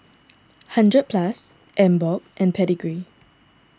hundred Plus Emborg and Pedigree